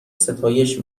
ستایش